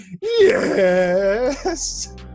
yes